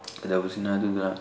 ꯀꯩꯗꯧꯕꯁꯤꯅ ꯑꯗꯨꯒ